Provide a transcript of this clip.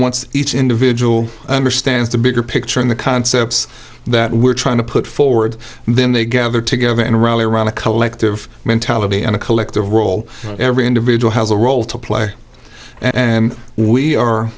once each individual understands the bigger picture and the concepts that we're trying to put forward then they gather together and rally around a collective mentality and a collective role every individual has a role to play and we are